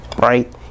right